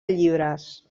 llibres